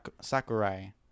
sakurai